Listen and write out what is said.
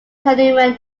hanuman